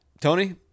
Tony